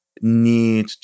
need